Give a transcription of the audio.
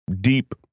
deep